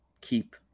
keep